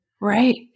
Right